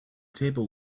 table